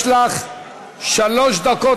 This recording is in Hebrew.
יש לך שלוש דקות,